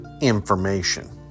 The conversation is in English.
information